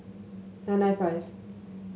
nine nine five